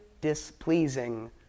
displeasing